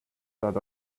that